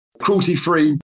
cruelty-free